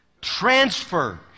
Transfer